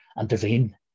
intervene